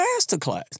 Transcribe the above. masterclass